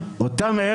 אותם.